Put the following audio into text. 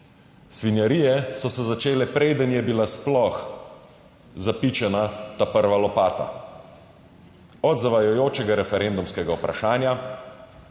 Svinjarije so se začele, preden je bila sploh zapičena ta prva lopata: od zavajajočega referendumskega vprašanja